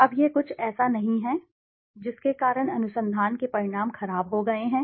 अब यह कुछ ऐसा नहीं है जिसके कारण अनुसंधान के परिणाम खराब हो गए हैं